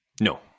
no